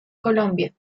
colombia